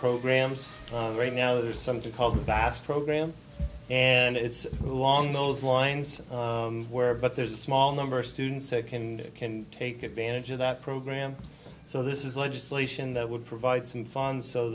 programs right now there's something called the bass program and it's who long those lines were but there's a small number of students can can take advantage of that program so this is legislation that would provide some funds so